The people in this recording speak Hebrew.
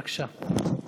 בבקשה.